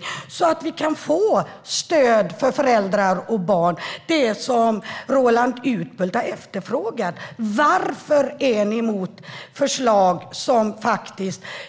Den skulle göra att vi kan få stöd för föräldrar och barn, som Roland Utbult har efterfrågat. Varför är regeringen emot förslag som